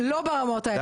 לא ברמות האלו.